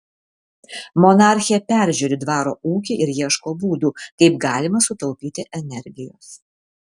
monarchė peržiūri dvaro ūkį ir ieško būdų kaip galima sutaupyti energijos